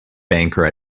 banker